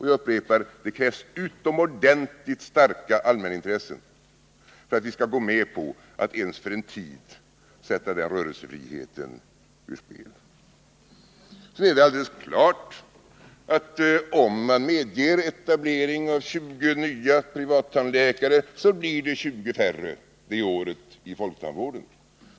Jag upprepar att det krävs utomordentligt starka allmänintressen för att vi skall gå med på att ens för en tid sätta den rörelsefriheten ur spel. Det är alldeles klart att om man medger etablering av 20 nya privattandläkare får vi det året 20 färre tandläkare inom folktandvården.